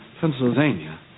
Pennsylvania